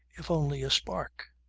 if only a spark.